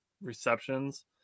receptions